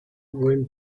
went